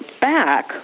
back